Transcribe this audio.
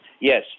Yes